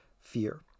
Fear